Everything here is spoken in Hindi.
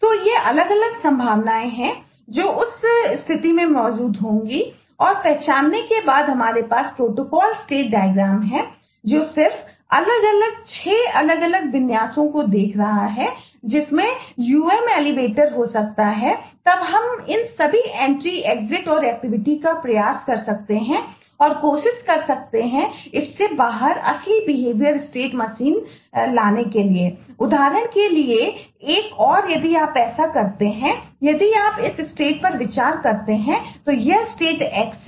तो ये अलग अलग संभावनाएँ हैं जो उस स्थिति में मौजूद होंगी और पहचानने के बाद कि हमारे पास प्रोटोकॉल स्टेट डायग्राम x है जिसका अर्थ है कि फर्श अनिश्चित है